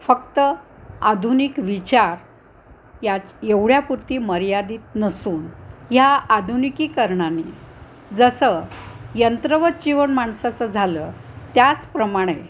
फक्त आधुनिक विचार या एवढ्यापुरती मर्यादित नसून ह्या आधुनिकीकरणानी जसं यंत्रवत जीवन माणसाचं झालं त्याचप्रमाणे